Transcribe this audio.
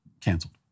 canceled